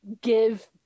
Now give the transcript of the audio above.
give